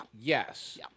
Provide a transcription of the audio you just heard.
Yes